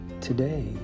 Today